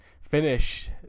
finish